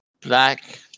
Black